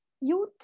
youth